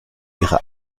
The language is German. ihre